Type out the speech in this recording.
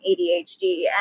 ADHD